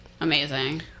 Amazing